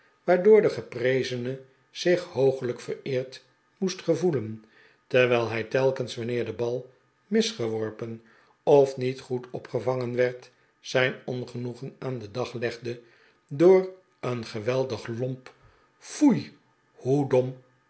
waardooi de geprezene zich hoogelijk vereerd moest gevoelen terwijl hij telkens wanneer de bal misgeworpen of niet goed opgevangen werd zijn ongenoegen aan den dag legde door een geweldig lompf foei